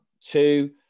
two